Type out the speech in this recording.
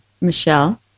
Michelle